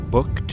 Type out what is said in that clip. Book